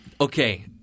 Okay